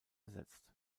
besetzt